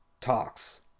talks